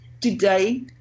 today